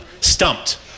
stumped